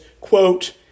quote